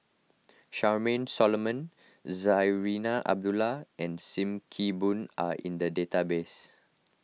Charmaine Solomon Zarinah Abdullah and Sim Kee Boon are in the database